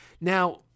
Now